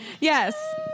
Yes